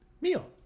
meal